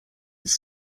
with